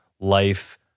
life